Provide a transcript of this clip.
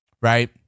right